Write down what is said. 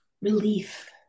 relief